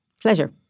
Pleasure